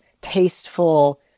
tasteful